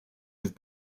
have